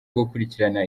gukurikirana